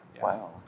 Wow